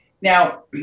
Now